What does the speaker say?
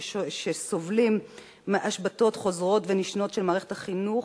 שסובלים מהשבתות חוזרות ונשנות של מערכת החינוך,